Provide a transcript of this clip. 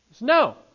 no